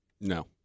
No